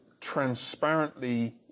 transparently